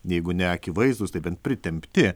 jeigu ne akivaizdūs tai bent pritempti